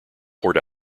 port